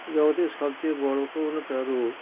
জগতে সবচেয়ে বড়ো প্রবণতা রোড